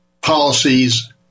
policies